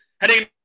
heading